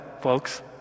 folks